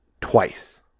twice